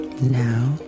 Now